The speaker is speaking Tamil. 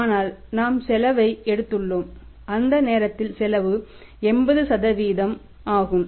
ஆனால் நாம்செலவை எடுத்துள்ளோம் அந்த நேரத்தில் செலவு 80 ஆகும்